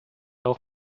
auch